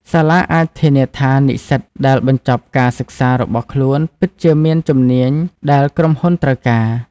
សាលាអាចធានាថានិស្សិតដែលបញ្ចប់ការសិក្សារបស់ខ្លួនពិតជាមានជំនាញដែលក្រុមហ៊ុនត្រូវការ។